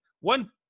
One